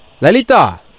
Lalita